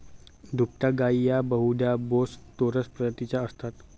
दुभत्या गायी या बहुधा बोस टोरस प्रजातीच्या असतात